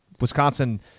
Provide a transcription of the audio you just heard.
Wisconsin